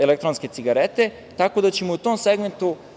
elektronske cigarete. Tako da ćemo u tom segmentu